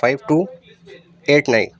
five two eight nine